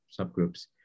subgroups